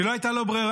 כי לא הייתה לו ברירה.